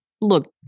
look